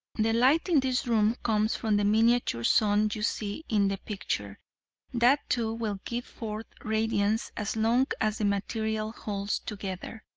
the light in this room comes from the miniature sun you see in the picture that too will give forth radiance as long as the material holds together.